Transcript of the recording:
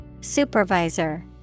Supervisor